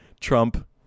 Trump